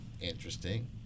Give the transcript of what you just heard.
interesting